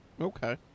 okay